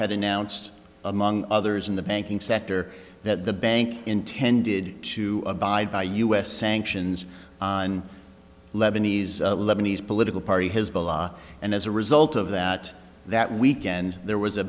had announced among others in the banking sector that the bank intended to abide by u s sanctions on lebanese lebanese political party has bola and as a result of that that weekend there was a